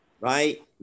right